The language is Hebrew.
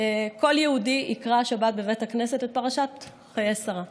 כל יהודי יקרא השבת בבית הכנסת את פרשת חיי שרה.